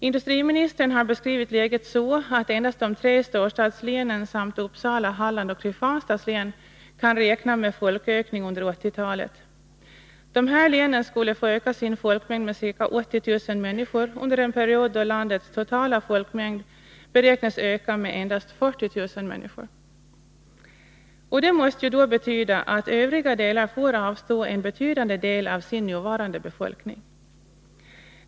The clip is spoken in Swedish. Industriministern har beskrivit läget så, att endast de tre storstadslänen samt Uppsala, Hallands och Kristianstads län kan räkna med folkökning under 1980-talet. De här länen skall få öka sin folkmängd med ca 80 000 människor under en period, då landets totala folkmängd beräknas öka med endast 40 000 människor. Det måste då betyda att övriga delar får avstå en betydande del av sin nuvarande befolkning.